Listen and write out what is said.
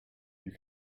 you